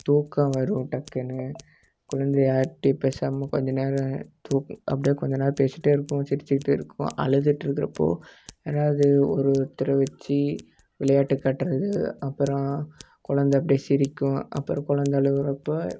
தூக்கம் வரும் டக்குன்னு குழந்தை யார்டையும் பேசாமல் கொஞ்சம் நேரம் தூக் அப்படியே கொஞ்சம் நேரம் பேசிகிட்டே இருக்கும் சிரிச்சிக்கிட்டு இருக்கும் அழுதுகிட்டு இருக்கிறப்போ என்னாது ஒருத்தரை வச்சு விளையாட்டு காட்டுறது அப்பறம் குழந்த அப்படியே சிரிக்கும் அப்புறம் குழந்த அழுகிறப்ப